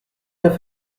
viens